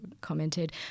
commented